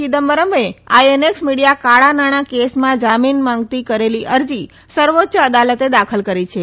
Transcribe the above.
ચિદમ્બરમે INX media કાળાં નાણાં કેસમાં જામીન માંગતી કરેલી અરજી સર્વોચ્ય અદાલતે દાખલ કરી છે